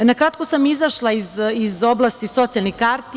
Na kratko sam izašla iz oblasti socijalnih karti.